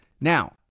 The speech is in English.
Now